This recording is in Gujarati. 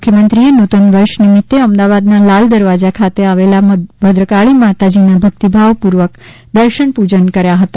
મુખ્યમંત્રીશ્રીએ નૂતન વર્ષ નિમિત્તે અમદાવાદના લાલદરવાજા ખાતે આવેલા ભદ્રકાળી માતાજીના ભક્તિભાવપૂર્વક દર્શન પૂજન કર્યા હતા